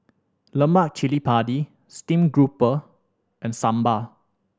lemak cili padi stream grouper and sambal